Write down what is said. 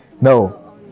no